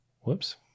whoops